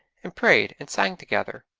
and prayed and sang together.